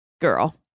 girl